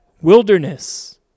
wilderness